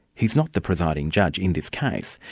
he's not the presiding judge in this case,